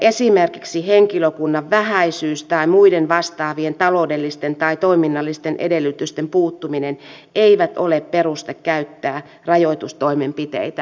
esimerkiksi henkilökunnan vähäisyys tai muiden vastaavien taloudellisten tai toiminnallisten edellytysten puuttuminen eivät ole peruste käyttää rajoitustoimenpiteitä